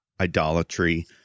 idolatry